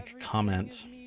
comments